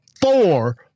four